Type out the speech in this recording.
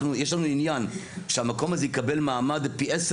יש לנו עניין שהמקום הזה יקבל מעמד פי עשר